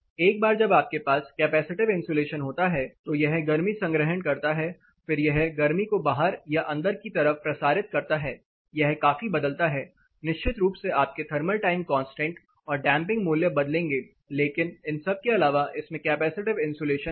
एक बार जब आपके पास कैपेसिटिव इंसुलेशन होता है तो यह गर्मी संग्रहण करता है फिर यह गर्मी को बाहर या अंदर की तरफ प्रसारित करता है यह काफी बदलता है निश्चित रूप से आपके थर्मल टाइम कांस्टेंट और डैंपिंग मूल्य बदलेंगे लेकिन इन सब के अलावा इसमें कैपेसिटिव इन्सुलेशन है